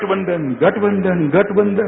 गठबंधन गठबंधन गठबंधन